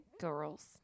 girls